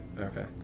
Okay